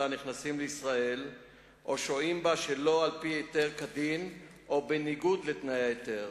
הנכנסים לישראל או שוהים בה שלא על-פי היתר כדין או בניגוד לתנאי ההיתר.